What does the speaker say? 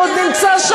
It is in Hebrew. אם הוא עוד נמצא שם,